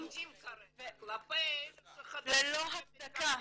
------ כרגע, כלפי אלו ש- -- ללא הצדקה.